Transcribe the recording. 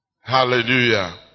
Hallelujah